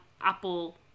Apple